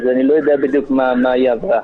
אז אני לא יודע בדיוק מה היא עברה.